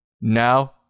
Now